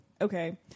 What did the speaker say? okay